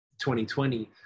2020